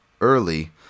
early